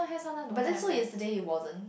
but then so yesterday he wasn't